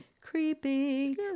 creepy